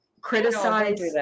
criticize